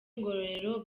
ngororero